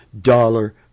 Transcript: dollar